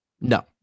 no